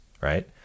right